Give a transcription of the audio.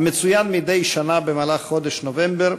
המצוין מדי שנה במהלך חודש נובמבר,